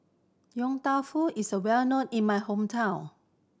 Yong Tau Foo is well known in my hometown